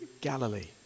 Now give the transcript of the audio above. Galilee